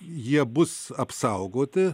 jie bus apsaugoti